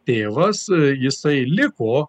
tėvas jisai liko